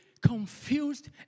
confused